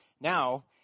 Now